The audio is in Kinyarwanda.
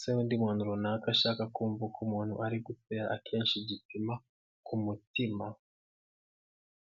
se undi muntu runaka ashaka kumva uko umuntu ari gutera akenshi gipima ku mutima.